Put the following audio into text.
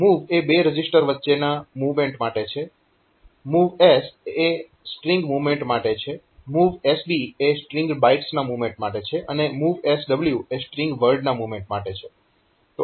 MOV એ બે register વચ્ચેના મૂવમેન્ટ માટે છે MOVS એ રીતે સ્ટ્રીંગ મૂવમેન્ટ માટે છે MOVSB એ સ્ટ્રીંગ બાઇટ્સના મૂવમેન્ટ માટે છે અને MOVSW એ સ્ટ્રીંગ વર્ડના મૂવમેન્ટ માટે છે